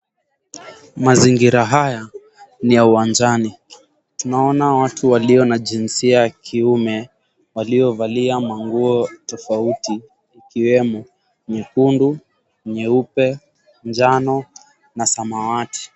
Mazingira haya ni ya uwanjani. Tunaona watu walio na jinsia ya kiume waliovalia manguo tofauti ikiwemo nyekundu, nyeupe, njano na samawati.